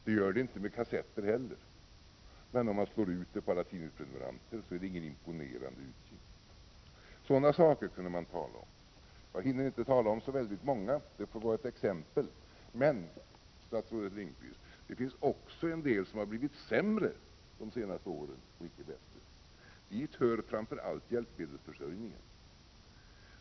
Det gör det inte med kassetter heller. Men om man slår ut kostnaden på alla tidningsprenumeranter är det ingen imponerande utgift. Sådana saker kunde man tala om. Jag hinner inte ta upp så många — det får vara ett exempel. Men, statsrådet Lindqvist, det finns också en del som har blivit sämre under de senaste åren och icke bättre. Dit hör framför allt hjälpmedelsförsörjningen.